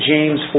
James